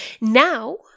now